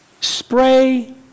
spray